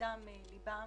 מדם ליבן.